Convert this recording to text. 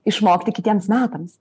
išmokti kitiems metams